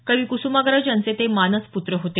कवी कुसुमाग्रज यांचे ते मानस पूत्र होते